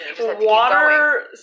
Water